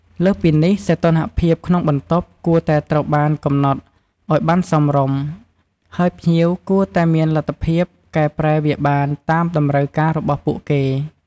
លើសពីនេះ សីតុណ្ហភាពក្នុងបន្ទប់ គួរតែត្រូវបានកំណត់ឲ្យបានសមរម្យ ហើយភ្ញៀវគួរតែមានលទ្ធភាពកែប្រែវាបានតាមតម្រូវការរបស់ពួកគេ។